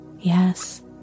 yes